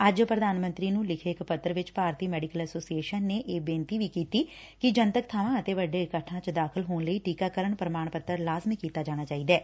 ਅੱਜ ਪੁਧਾਨ ਮੰਤਰੀ ਨੂੰ ਲਿਖੇ ਇਕ ਪੱਤਰ ਵਿਚ ਭਾਰਤੀ ਸੈਡੀਕਲ ਐਸੋਸੀਏਸਨ ਨੇ ਇਹ ਬੇਨਤੀ ਵੀ ਕੀਤੀ ਐ ਕਿ ਜਨਤਕ ਬਾਵਾ ਅਤੇ ਵੱਡੇ ਇਕੱਠਾ ਚ ਦਾਖ਼ਲ ਹੋਣ ਲਈ ਟੀਕਾਕਰਨ ਪ੍ਰਮਾਣ ਪੱਤਰ ਲਾਜ਼ਮੀ ਕੀਤਾ ਜਾਣਾ ਚਾਹੀਦੈ